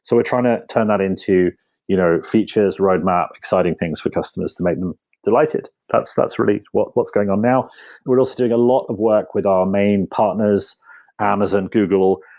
so we're trying to turn that into you know features, roadmap, exciting things for customers to make them delighted. that's that's really what's going on now we're also doing a lot of work with our main partners amazon, google,